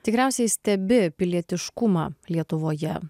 tikriausiai stebi pilietiškumą lietuvoje